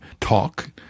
talk